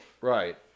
Right